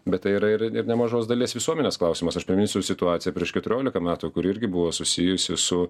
bet tai yra ir ir nemažos dalies visuomenės klausimas aš priminsiu situaciją prieš keturioliką metų kur irgi buvo susijusi su